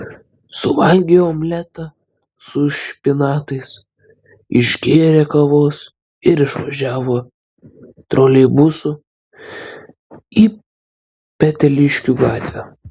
suvalgė omletą su špinatais išgėrė kavos ir išvažiavo troleibusu į peteliškių gatvę